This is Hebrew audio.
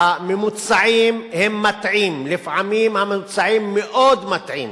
והממוצעים, הם מטעים, לפעמים הממוצעים מאוד מטעים.